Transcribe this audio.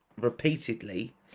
repeatedly